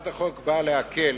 באה להקל